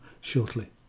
shortly